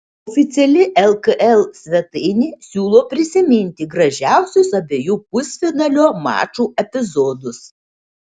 oficiali lkl svetainė siūlo prisiminti gražiausius abiejų pusfinalio mačų epizodus